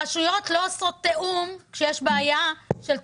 הרשויות לא עושות תיאום כשיש בעיה של תצפית,